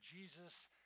Jesus